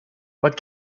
but